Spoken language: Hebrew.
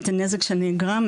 את הנזק שנגרם,